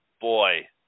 boy